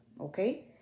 okay